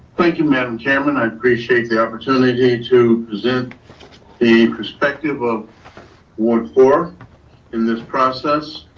thank you, madam chairman, i appreciate the opportunity to present the perspective of ward four in this process.